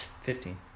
Fifteen